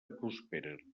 prosperen